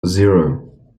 zero